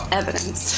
evidence